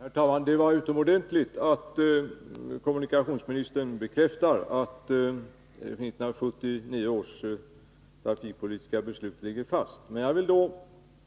Herr talman! Det är utomordentligt att kommunikationsministern bekräftar att 1979 års trafikpolitiska beslut ligger fast. Men jag vill då